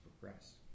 progress